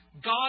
God